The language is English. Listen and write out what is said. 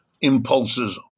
impulses